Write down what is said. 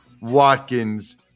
Watkins